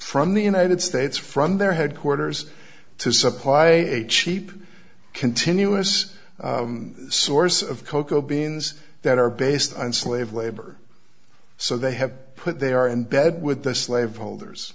from the united states from their headquarters to supply a cheap continuous source of cocoa beans that are based on slave labor so they have put they are in bed with the slave holders